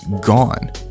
gone